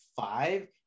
five